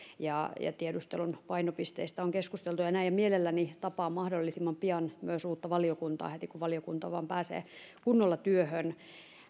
ja tiedustelun painopisteistä on keskusteltu ja näin mielelläni tapaan mahdollisimman pian myös uutta valiokuntaa heti kun valiokunta vain pääsee kunnolla työhön